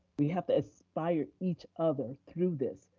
we have to inspire each other through this,